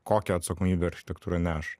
kokią atsakomybę architektūra neša